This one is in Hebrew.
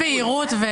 השאלה, מבחינת בהירות.